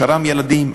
שר"מ ילדים,